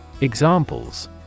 Examples